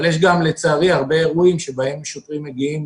אבל יש גם לצערי הרבה אירועים שבהם שוטרים מגיעים